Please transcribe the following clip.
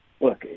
look